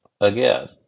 again